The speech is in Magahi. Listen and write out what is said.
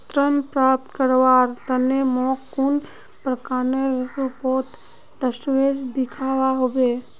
ऋण प्राप्त करवार तने मोक कुन प्रमाणएर रुपोत दस्तावेज दिखवा होबे?